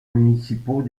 municipaux